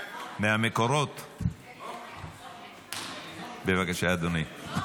בבקשה, אדוני.